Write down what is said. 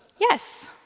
Yes